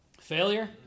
Failure